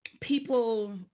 people